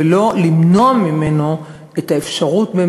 ולא למנוע את האפשרות,